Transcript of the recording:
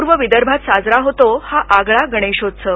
पूर्व विदर्भात साजरा होतो हा आगळा गणेशोत्सव